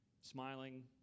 smiling